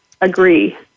agree